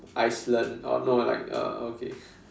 Iceland or no like uh okay